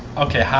okay.